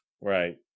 right